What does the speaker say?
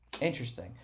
Interesting